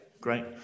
great